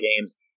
games